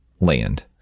land